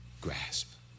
grasp